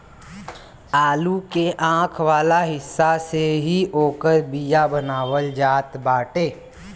आलू के आंख वाला हिस्सा से ही ओकर बिया बनावल जात बाटे